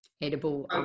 Edible